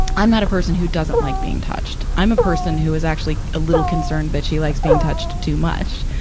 i'm not a person who doesn't like being touched. i'm a person who is actually a little concerned that she likes being touched too much,